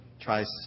tries